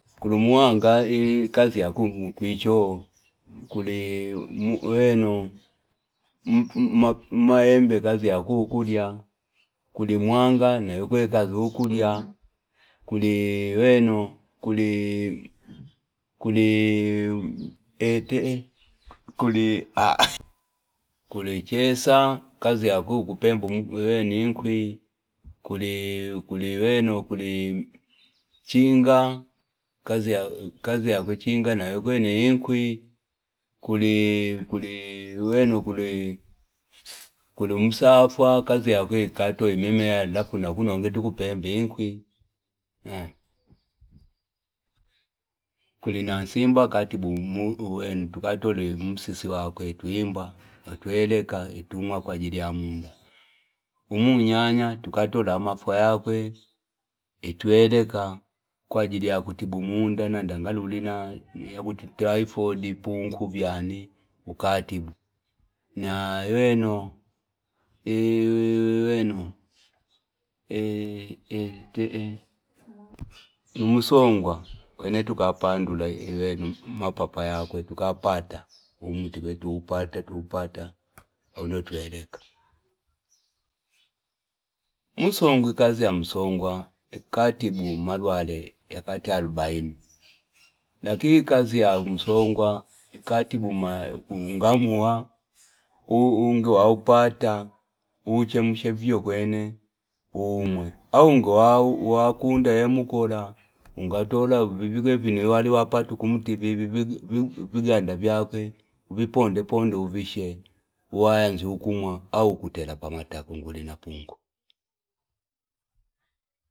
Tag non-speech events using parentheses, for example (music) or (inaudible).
Kuli muwanga kazi yakwe kwicho (noise) kuli mweno mma mma maembe kazi yakwe kukukulya kuli mwanga nawe kazi yakwe ukulwa kuli weno kuliii kulii ete eh (noise) kuli chesa kaziyakwe ukupemba inkwi kuli kulii weno kuli chinga kazi ya kazi ya kwenawekwene inkwi kulii kulii weno kuli safwa kazi yakwe ikaleta mimea lafu na kuno enge tukupemba inkwi, (hesitation) kuli nansimba kazi yakwe tukatola msisi wakwe twimba tweleka utumwa kwaajili ya munda umanyanya tukatola umafwa yakwe utweleka kwaajili ya kutibu munda nanta ngala uli na taifodi punku vyani ukatibu na uweno e (hesitation) weno e (hesitation) eh eh ni msongwa wene tukapandula mapapa yakwe tukapata tuupata tupata auno utweleka kazi ya msongwa, ukatibu mlwale arubaini lakini kazi ya msongwa (noise) ikatibu ngawamuwa wu wiingi waupata uuchemshe vivyo kwene uumwe au ngawakunda wemukola uingatola vinouwaliwapata kumtili vi- vi- viganda vyakwe uvipondeponde uvishe uganje ukumwa au kutela pamatako nguli na punku.